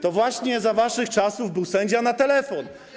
To właśnie za waszych czasów był sędzia na telefon.